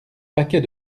paquet